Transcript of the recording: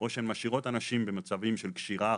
או שהן משאירות אנשים במצבים של קשירה,